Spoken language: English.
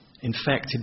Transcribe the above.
infected